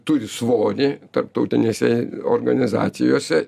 turi svorį tarptautinėse organizacijose